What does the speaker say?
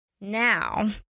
Now